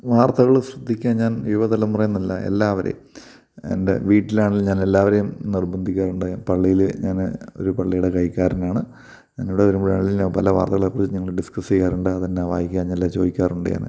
വാർത്തകൾ ശ്രദ്ധിക്കാൻ ഞാൻ യുവ തലമുറ എന്നല്ല എല്ലാവരേയും എൻ്റെ വീട്ടിലാണെങ്കിലും ഞാൻ എല്ലാവരേയും നിർബന്ധിക്കാറുണ്ട് ഞാൻ പള്ളിയിൽ ഞാൻ ഒരു പള്ളിയുടെ കൈക്കാരനാണ് ഞാൻ ഇവിടെ വരുമ്പോഴാണെങ്കിൽ ഞാൻ പല വർത്തകളെ കുറിച്ച് ഡിസ്കസ് ചെയ്യാറുണ്ട് അതെന്നാ വായിക്കാഞ്ഞെല്ലാ ചോദിക്കാറുണ്ട് ഞാൻ